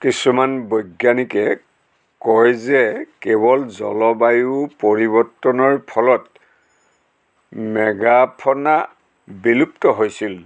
কিছুমান বৈজ্ঞানিকে কয় যে কেৱল জলবায়ু পৰিৱৰ্তনৰ ফলত মেগাফ'না বিলুপ্ত হৈছিল